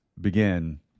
begin